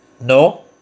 No